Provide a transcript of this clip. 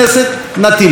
נטיל אותן.